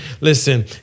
Listen